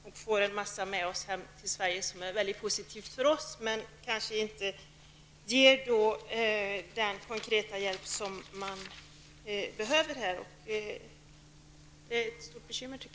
På så sätt kan vi få mycket som är positivt för oss här hemma i Sverige, men de baltiska staterna kanske inte får den konkreta hjälp de behöver. Jag tycker att det är ett stort bekymmer.